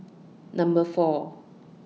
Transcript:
Number four